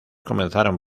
comenzaron